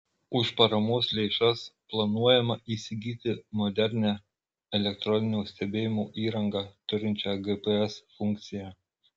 už paramos lėšas planuojama įsigyti modernią elektroninio stebėjimo įrangą turinčią gps funkciją